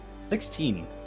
Sixteen